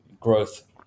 growth